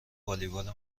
والیبال